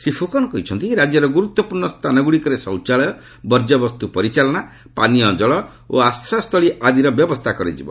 ଶ୍ରୀ ଫୁକନ୍ କହିଛନ୍ତି ରାଜ୍ୟର ଗୁରୁତ୍ୱପୂର୍ଣ୍ଣ ସ୍ଥାନଗୁଡ଼ିକରେ ଶୌଚାଳୟ ବର୍ଯ୍ୟବସ୍ତୁ ପରିଚାଳନା ପାନୀୟ ଜଳ ଓ ଆଶ୍ରୟ ସ୍ଥଳୀ ଆଦିର ବ୍ୟବସ୍ଥା କରାଯିବ